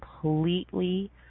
completely